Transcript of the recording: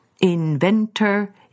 inventor